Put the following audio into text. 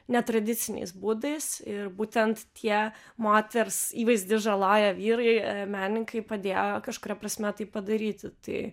netradiciniais būdais ir būtent tie moters įvaizdį žaloja vyrai menininkai padėjo kažkuria prasme tai padaryti tai